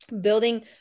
Building